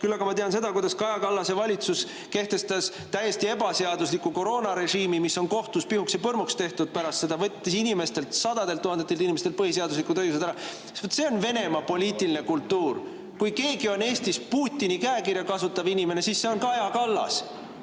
Küll aga ma tean seda, kuidas Kaja Kallase valitsus kehtestas täiesti ebaseadusliku koroonarežiimi, mis on kohtus pihuks ja põrmuks tehtud, võttis inimestelt, sadadelt‑tuhandetelt inimestelt põhiseaduslikud õigused ära. See on Venemaa poliitiline kultuur. Kui keegi on Eestis Putini käekirja kasutav inimene, siis see on Kaja Kallas,